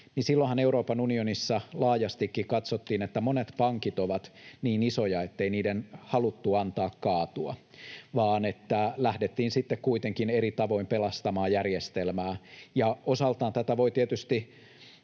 niin Euroopan unionissa laajastikin katsottiin, että monet pankit ovat niin isoja, ettei niiden haluttu antaa kaatua, vaan lähdettiin sitten kuitenkin eri tavoin pelastamaan järjestelmää. Osaltaan tätä voi tietysti